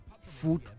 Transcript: food